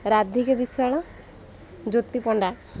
Radhika Biswal Jyoti Panda